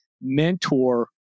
mentor